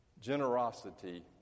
generosity